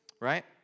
right